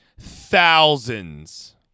Thousands